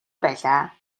байлаа